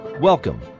Welcome